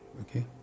okay